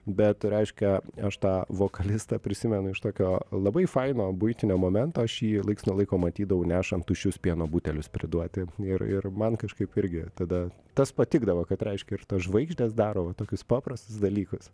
bet reiškia aš tą vokalistą prisimenu iš tokio labai faino buitinio momento aš jį laiks nuo laiko matydavau nešant tuščius pieno butelius priduoti ir ir man kažkaip irgi tada tas patikdavo kad reiškia ir tos žvaigždės daro va tokius paprastus dalykus